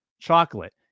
chocolate